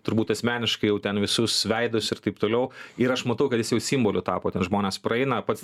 turbūt asmeniškai jau ten visus veidus ir taip toliau ir aš matau kad jis jau simboliu tapo ten žmonės praeina pats